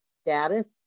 status